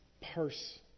parse